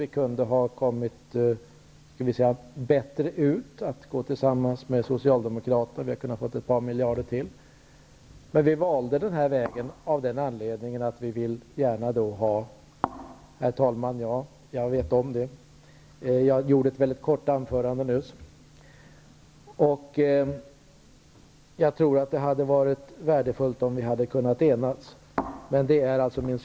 Vi kunde ha nått ett bättre bättre resultat genom att gå tillsammans med socialdemokraterna och få ett par miljarder till. Men vi valde denna väg. Jag tror att det hade varit värdefullt om vi hade kunnat enas.